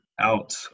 out